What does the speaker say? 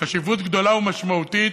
חשיבות גדולה ומשמעותית,